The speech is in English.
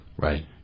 Right